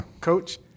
coach